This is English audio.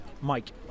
Mike